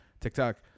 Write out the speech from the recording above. TikTok